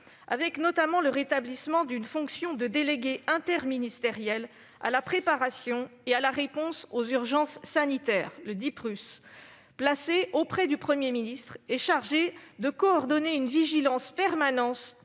notamment avec le rétablissement d'une fonction de délégué interministériel à la préparation et à la réponse aux urgences sanitaires (Diprus), placé auprès du Premier ministre et chargé de coordonner la vigilance permanente